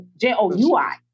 J-O-U-I